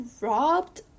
robbed